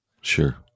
Sure